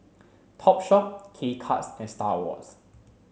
Topshop K Cuts and Star Awards